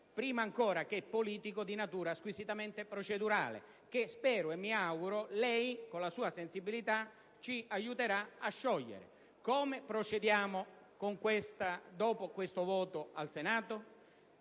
prima ancora che politico è di natura squisitamente procedurale, e spero e mi auguro che lei, con la sua sensibilità, ci aiuterà a scioglierlo: come procediamo dopo questo voto al Senato?